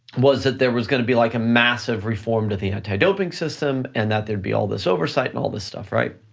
was that there was gonna be like a massive reform to the anti-doping system and that there'd be all this oversight and all this stuff, right?